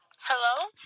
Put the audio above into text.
Hello